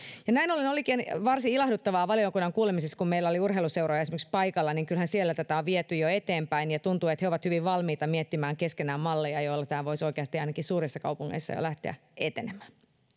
näin ollen olikin varsin ilahduttavaa valiokunnan kuulemisissa kun meillä oli urheiluseuroja esimerkiksi paikalla että kyllähän siellä tätä on viety jo eteenpäin ja tuntuu että he ovat hyvin valmiita miettimään keskenään malleja joilla tämä voisi oikeasti ainakin suurissa kaupungeissa jo lähteä etenemään